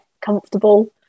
comfortable